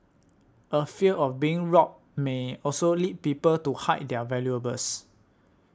a fear of being robbed may also lead people to hide their valuables